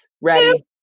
ready